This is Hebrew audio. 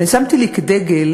שמתי לי כדגל